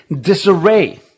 disarray